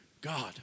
God